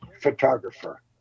photographer